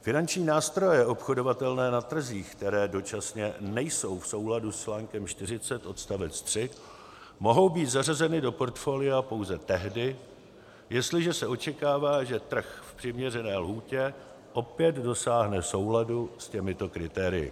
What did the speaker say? Finanční nástroje obchodovatelné na trzích, které dočasně nejsou v souladu s článkem 40 odst. 3, mohou být zařazeny do portfolia pouze tehdy, jestliže se očekává, že trh v přiměřené lhůtě opět dosáhne souladu s těmito kritérii.